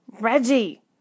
Reggie